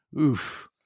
oof